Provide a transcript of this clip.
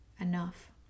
enough